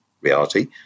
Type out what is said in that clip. reality